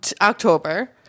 October